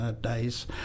days